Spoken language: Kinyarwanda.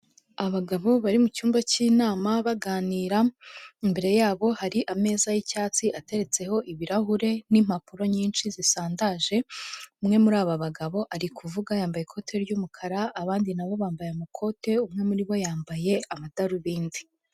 Abagabo bari mu cyumba k'inama baganira, imbere yabo hari ameza y'icyatsi ateretseho ibirahure n'impapuro nyinshi zisandaje, umwe muri aba bagabo ari kuvuga yambaye ikote ry'umukara, abandi nabo bambaye amakote, umwe muri bo yambaye amadarubindi.